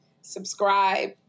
subscribe